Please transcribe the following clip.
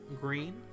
green